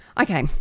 Okay